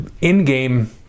in-game